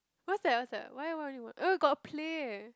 what's that what's that why what are you want um got play